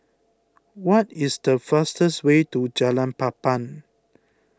what is the fastest way to Jalan Papan